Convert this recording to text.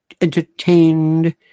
entertained